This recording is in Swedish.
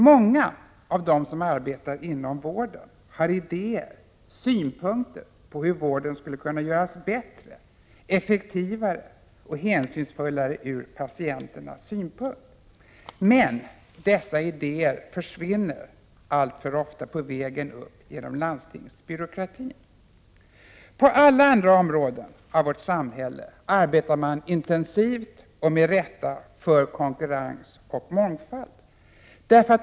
Många av dem som jobbar inom vården har idéer om och synpunkter på hur vården skulle kunna göras bättre, effektivare och hänsynsfullare för patienterna. Men dessa idéer försvinner alltför ofta på vägen genom landstingsbyråkratin. På alla andra områden i vårt samhälle arbetar man intensivt och med rätta för konkurrens och mångfald.